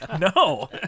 no